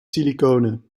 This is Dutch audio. silicone